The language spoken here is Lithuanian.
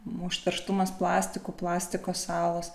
užterštumas plastiku plastiko salos